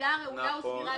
בשקידה ראויה או סבירה.